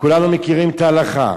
וכולנו מכירים את ההלכה: